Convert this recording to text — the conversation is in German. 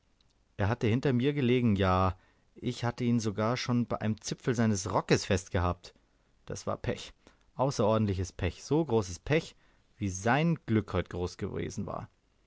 er hatte hinter mir gelegen ja ich hatte ihn sogar schon bei einem zipfel seines rockes festgehabt das war pech außerordentliches pech so großes pech wie sein glück heut groß gewesen war